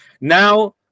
now